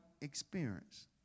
experience